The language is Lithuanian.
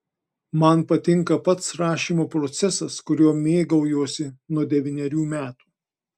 man patinka pats rašymo procesas kuriuo mėgaujuosi nuo devynerių metų